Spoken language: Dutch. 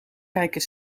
kijken